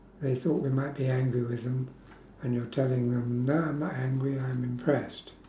they thought we might be angry with them and you're telling them no I'm not angry I'm impressed